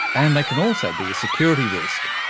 and they can also be a security risk.